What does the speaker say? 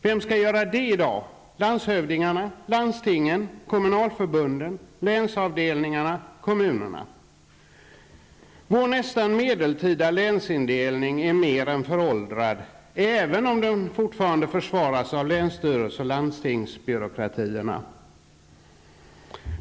Vem skall göra det i dag -- landshövdingarna, landstingen, kommunalförbunden, länsavdelningarna eller kommunerna? Vår nästan medeltida länsindelning är mer än föråldrad, även om den fortfarande försvaras av länsstyrelse och landstingsbyråkratierna.